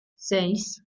seis